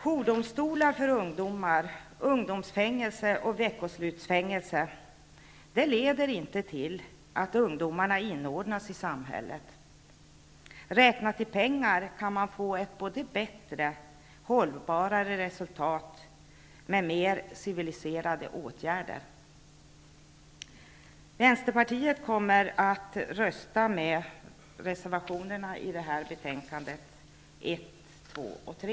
Jourdomstolar för ungdomar, ungdomsfängelser och veckoslutsfängelse leder inte till att ungdomarna inordnas i samhället. Räknat i pengar kan man få ett både bättre och hållbarare resultet med mer civiliserade åtgärder. Vänsterpartiet kommer att rösta för reservationerna 1, 2 och 3.